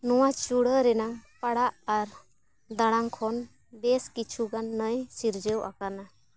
ᱱᱚᱣᱟ ᱪᱩᱲᱟᱹ ᱨᱮᱱᱟᱜ ᱯᱟᱲᱟᱜ ᱟᱨ ᱫᱟᱬᱟᱝ ᱠᱷᱚᱱ ᱵᱮᱥ ᱠᱤᱪᱷᱩ ᱜᱟᱱ ᱱᱟᱹᱭ ᱥᱤᱨᱡᱟᱹᱣ ᱟᱠᱟᱱᱟ